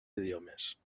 idiomes